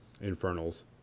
Infernals